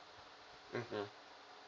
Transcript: mmhmm